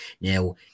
Now